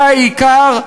זה העיקר,